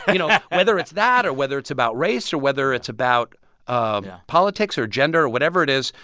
you know, whether it's that or whether it's about race or whether it's about um politics or gender or whatever it is,